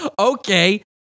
Okay